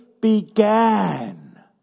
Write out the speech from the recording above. began